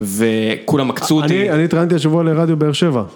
וכולם עקצו אותי. אני התראיינתי השבוע לרדיו באר שבע.